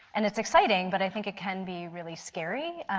and is exciting but i think it can be really scary.